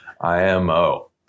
IMO